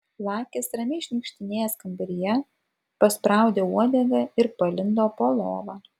lakis ramiai šniukštinėjęs kambaryje paspraudė uodegą ir palindo po lova